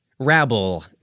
Rabble